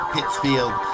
Pittsfield